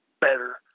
better